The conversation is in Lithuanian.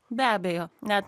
be abejo net